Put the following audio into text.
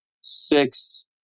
six